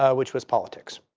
ah which was politics.